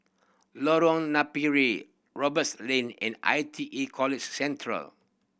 Lorong Napiri Roberts Lane and I T E College Central